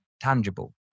tangible